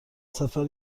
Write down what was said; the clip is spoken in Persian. سفر